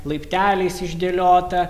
laipteliais išdėliota